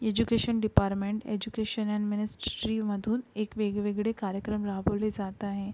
education department education and मिनिस्टरीमधून एक वेगवेगळे कार्यक्रम राबवले जात आहे